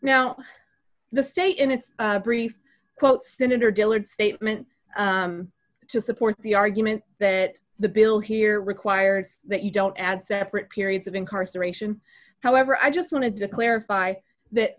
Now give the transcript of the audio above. now the state in its brief quote senator dillard's statement to support the argument that the bill here requires that you don't add separate periods of incarceration however i just wanted to clarify that